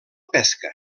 pesca